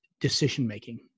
decision-making